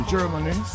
Germany